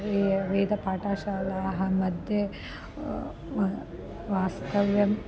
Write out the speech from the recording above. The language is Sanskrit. वे वेदपाठशालामध्ये वास्तव्यम्